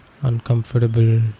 uncomfortable